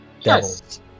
yes